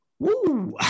Woo